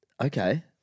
Okay